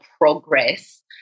progress